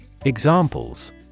Examples